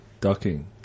ducking